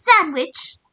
sandwich